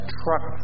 truck